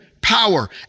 power